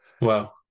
wow